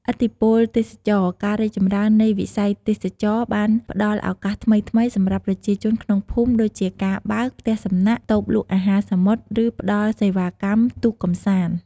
ឥទ្ធិពលទេសចរណ៍ ការរីកចម្រើននៃវិស័យទេសចរណ៍បានផ្តល់ ឱកាសថ្មីៗ សម្រាប់ប្រជាជនក្នុងភូមិ ដូចជាការបើក ផ្ទះសំណាក់ តូបលក់អាហារសមុទ្រ ឬផ្តល់សេវាកម្ម ទូកកម្សាន្ត។